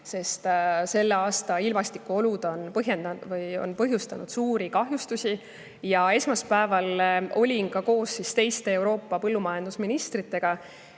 sest selle aasta ilmastikuolud on põhjustanud suuri kahjustusi. Esmaspäeval olin koos teiste Euroopa põllumajandusministritega